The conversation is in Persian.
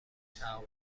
تعهدات